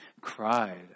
cried